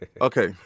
Okay